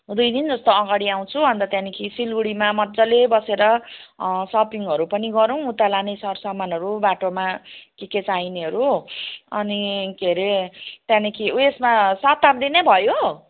दुई दिन जस्तो अगाडि आउँछु अनि त त्यहाँदेखि सिलगुडीमा मज्जाले बसेर सोपिङहरू पनि गरौँ उता लाने सरसमानहरू बाटोमा के के चाहिनेहरू अनि के रे त्यहाँदेखि ऊ यसमा शताब्दी नै भयो